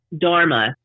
dharma